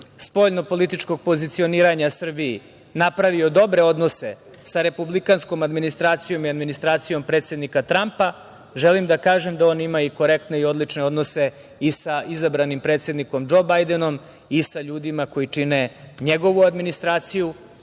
spoljno-političkog pozicioniranja Srbiji napravio dobre odnose sa republikanskom administracijom i administracijom predsednika Trampa, želim da kažem da on ima korektne i odlične odnose i sa izabranim predsednikom Džoom Bajdenom, i sa ljudima koji čine njegovu administraciju,